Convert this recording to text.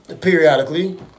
periodically